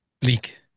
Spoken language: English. bleak